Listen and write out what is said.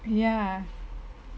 ya